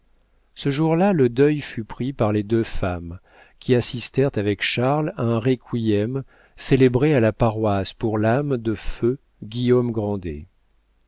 ce jour-là le deuil fut pris par les deux femmes qui assistèrent avec charles à un requiem célébré à la paroisse pour l'âme de feu guillaume grandet